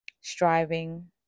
striving